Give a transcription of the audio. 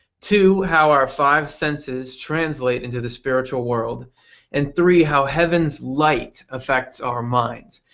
two how our five senses translate into the spiritual world and three, how heavens's light affects our minds.